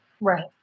Right